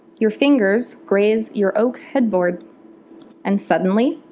your fingers graze your oak headboard and suddenly,